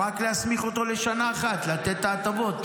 רק להסמיך אותו לשנה אחת לתת את ההטבות,